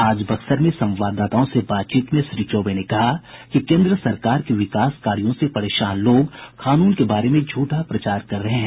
आज बक्सर में संवाददाताओं से बातचीत में श्री चौबे ने कहा कि केन्द्र सरकार के विकास कार्यों से परेशान लोग कानून के बारे में झूठा प्रचार कर रहे हैं